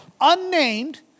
unnamed